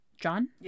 John